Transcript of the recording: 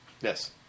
Yes